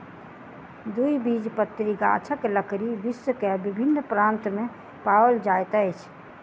द्विबीजपत्री गाछक लकड़ी विश्व के विभिन्न प्रान्त में पाओल जाइत अछि